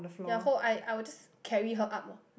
ya whole I I will just carry her up orh